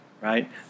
right